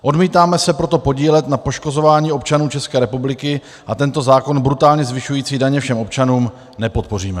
Odmítáme se proto podílet na poškozování občanů České republiky a tento zákon brutálně zvyšující daně všem občanům nepodpoříme.